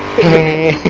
a